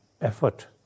effort